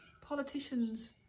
politicians